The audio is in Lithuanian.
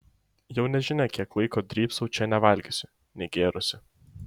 jau nežinia kiek laiko drybsau čia nevalgiusi negėrusi